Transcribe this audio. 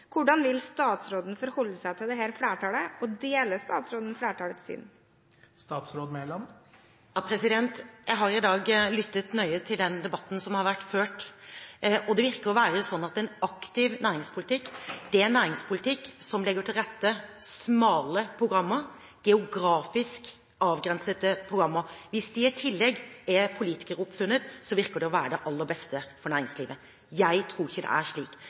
Hvordan vil statsråden forholde seg til dette flertallet, og deler statsråden flertallets syn? Jeg har i dag lyttet nøye til den debatten som har vært ført, og det virker å være slik at en aktiv næringspolitikk er en næringspolitikk som legger til rette for smale programmer, geografisk avgrensede programmer, og hvis de i tillegg er politikeroppfunnet, så virker det å være det aller beste for næringslivet. Jeg tror ikke det er slik!